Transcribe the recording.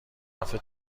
رفته